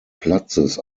platzes